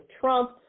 Trump